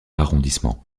arrondissement